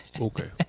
Okay